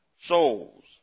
souls